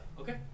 Okay